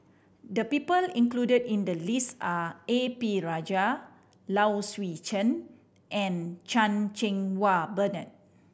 the people included in the list are A P Rajah Low Swee Chen and Chan Cheng Wah Bernard